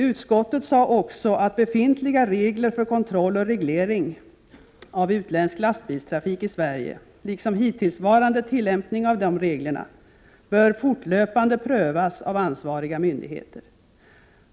Utskottet sade också att befintliga regler för kontroll och reglering av utländsk lastbilstrafik i Sverige, liksom hittillsvarande tillämpning av dessa regler, fortlöpande bör prövas av ansvariga myndigheter.